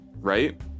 right